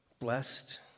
blessed